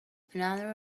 another